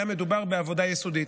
היה מדובר בעבודה יסודית.